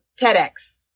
TEDx